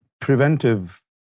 preventive